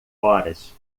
horas